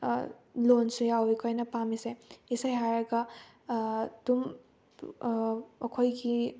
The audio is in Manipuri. ꯂꯣꯟꯁꯨ ꯌꯥꯎꯏ ꯑꯩꯈꯣꯏꯅ ꯄꯥꯝꯃꯤꯁꯦ ꯏꯁꯩ ꯍꯥꯏꯔꯒ ꯑꯗꯨꯝ ꯑꯩꯈꯣꯏꯒꯤ